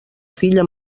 filla